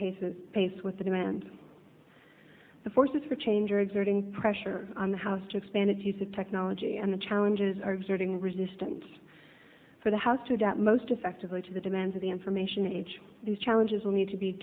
pace is pace with the demand the forces for change are exerting pressure on the house to expand its use of technology and the challenges are exerting resistance for the house to adapt most effectively to the demands of the information age these challenges will need to be